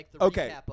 Okay